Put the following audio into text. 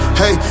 hey